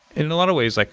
in a lot of ways, like